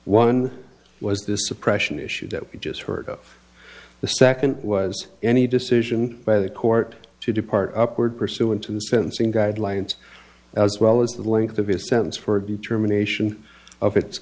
one was this suppression issue that we just heard of the second was any decision by the court to depart upward pursuant to the sentencing guidelines as well as the length of a sentence for a determination of its